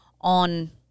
on